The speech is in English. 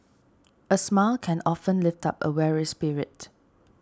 a smile can often lift up a weary spirit